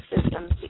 systems